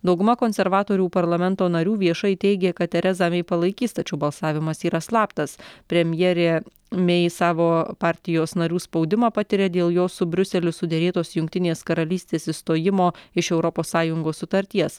dauguma konservatorių parlamento narių viešai teigė kad terezą mei palaikys tačiau balsavimas yra slaptas premjerė mei savo partijos narių spaudimą patiria dėl jos su briuseliu suderėtos jungtinės karalystės išstojimo iš europos sąjungos sutarties